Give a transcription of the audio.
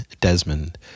Desmond